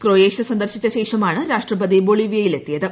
Croatia സന്ദർശിച്ച ശേഷമാണ് രാഷ്ട്രപതി ബൊളിവിയയിൽ എത്തിയത്